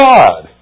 God